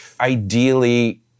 ideally